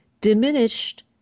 diminished